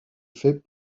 fait